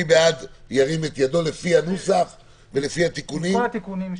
לפי הנוסח ולפי התיקונים,